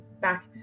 back